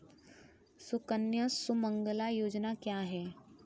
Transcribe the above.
सुकन्या सुमंगला योजना क्या है?